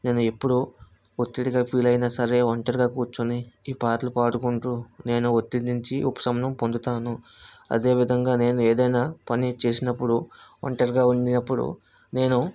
నేను ఎప్పుడు ఒత్తిడిగా ఫీల్ అయినా సరే ఒంటరిగా కూర్చోని ఈ పాటలు పాడుకుంటూ నేను ఒత్తిడి నుంచి ఉపశమనం పొందుతాను అదే విధంగా నేను ఏదైనా పని చేసినపుడు ఒంటరిగా ఉన్నపుడు నేను